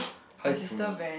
hi Tony